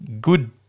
good